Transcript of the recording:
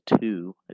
two